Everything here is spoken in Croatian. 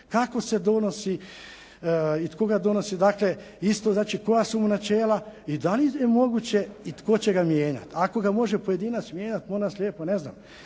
kako se donosi i tko ga donosi, koja su mu načela i da li je moguće i tko će ga mijenjati. Ako ga može pojedinac mijenjati molim vas lijepo. Ja